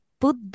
put